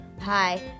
Hi